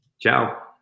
Ciao